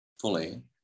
fully